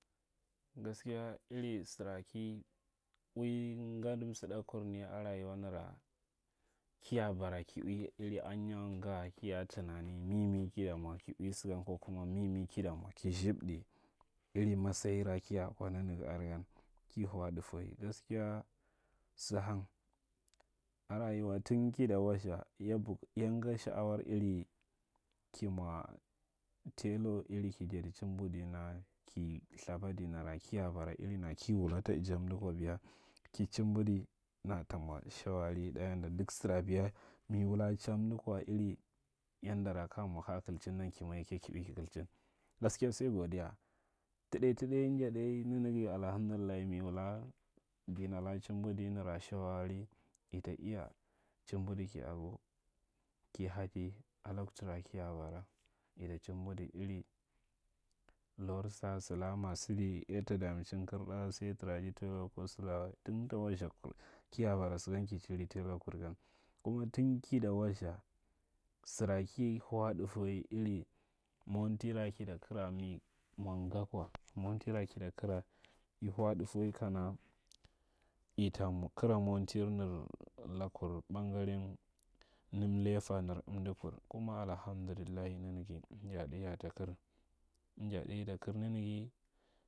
Gaskiya iri sara ki ui ngadi msidakurni a rayuwa nara kiya bara ka ui iri alinya nga tunani mimi ki ta mwa ki ui sagan ko kuma mi ki ta mwa ki sthibda iri masayira ki ya kwa nanaga are gan, ki hau a tutawai, gaskiya sa hang. A rayuwa tun ki ta wastha ya buk, yanga sha’awar iri ki mwa telo, iri ki jadi chimba dana. ki ithaba dinara. Kiya bara, iri mi wula tajjamda kwa biya ka chimbudinara ta mwa shawari ɗa yanda duk sara biya mi wula a chama kwa iri yandara ka ya mw aka ya kitchin, ki mwa yake ki ui ki kilchin. Gaskiya sai godiya. Ta ɗai- ta ɗai inja ɗai nanaga allahamdullahi mi wula danala chimbudi nara shawa ari ita iya chimbudi ki aga, ki haji a loktura kiya bara ita chimbadi iri losun sata ma sada yatta damicin karɗa sai itara ji tela ko sala. Tun ta wastha kin kiya bara sagan ki chiri tela kur gan. Kuma tun ki ta wastha, saa ki han a dafawai iri madira wi ta kaira mi mwa nga kwar montira kita kara i hau a datawai kana uta, mwa, kara montirnir lakur ɓangar namlefa nir amdakur, kuma alhamdillahi nanaga inja ɗai ya’a takir inja ɗai ita kir, inja ɗai ita kir nanaga.